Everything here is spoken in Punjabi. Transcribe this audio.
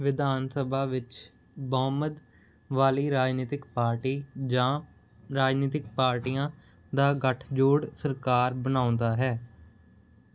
ਵਿਧਾਨ ਸਭਾ ਵਿੱਚ ਬਹੁਮਤ ਵਾਲੀ ਰਾਜਨੀਤਕ ਪਾਰਟੀ ਜਾਂ ਰਾਜਨੀਤਕ ਪਾਰਟੀਆਂ ਦਾ ਗੱਠਜੋੜ ਸਰਕਾਰ ਬਣਾਉਂਦਾ ਹੈ